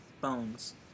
Bones